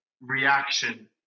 reaction